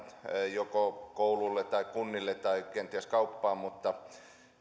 joko koululle tai kunnille tai kenties kauppaan